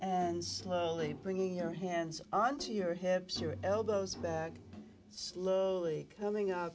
and slowly bringing your hands on to your hips your elbows that slowly coming